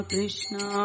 Krishna